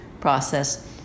process